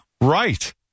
Right